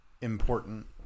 important